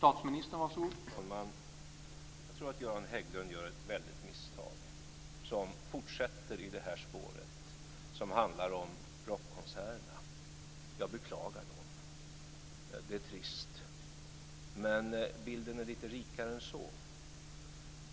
Herr talman! Göran Hägglund gör ett misstag. Han fortsätter i spåret om rockkonserterna. Jag beklagar dem. Det är trist. Men bilden är lite rikare än så.